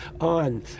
on